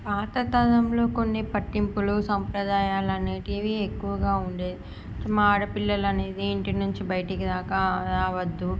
పాతతరంలో కొన్ని పట్టింపులు సంప్రదాయాలు అనేటివి ఎక్కువగా ఉండేది మా ఆడపిల్లలు అనేది ఇంటి నుంచి బయటికి రాక రావద్దు